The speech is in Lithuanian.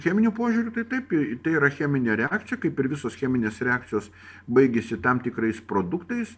cheminiu požiūriu tai taip tai yra cheminių reakcijų kaip ir visos cheminės reakcijos baigiasi tam tikrais produktais